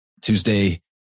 Tuesday